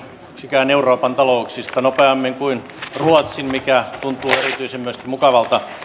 yksikään euroopan talouksista nopeammin kuin ruotsin mikä tuntuu myöskin erityisen mukavalta